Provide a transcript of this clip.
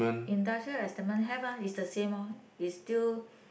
industrial have ah is the same orh is still